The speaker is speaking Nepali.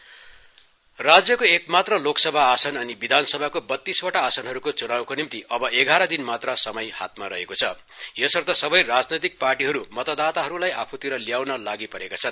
बिजेपि राज्यको एकमात्र लेकसभा आसन अनि विधानसभाको बतीसवटा आसनहरूको चुनावको निम्ति अव एघाह्रदिन मात्र समय हातमा रहेको छ यसर्थ सबै राजनैतिक पार्टीहरू मतदाताहरूलाई आफूतिर ल्याउन लागिपरेका छन्